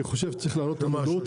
אני חשוב שצריך להעלות את המודעות.